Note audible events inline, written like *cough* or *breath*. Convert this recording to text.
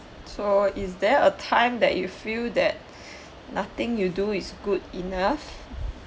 so is there a time that you feel that *breath* nothing you do is good enough